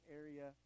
area